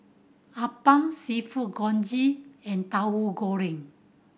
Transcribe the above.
appam Seafood Congee and Tahu Goreng